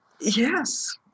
Yes